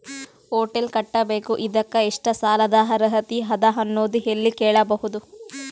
Hotel ಕಟ್ಟಬೇಕು ಇದಕ್ಕ ಎಷ್ಟ ಸಾಲಾದ ಅರ್ಹತಿ ಅದ ಅನ್ನೋದು ಎಲ್ಲಿ ಕೇಳಬಹುದು?